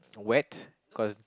wet cause